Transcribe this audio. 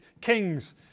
kings